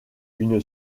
une